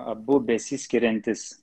abu besiskiriantys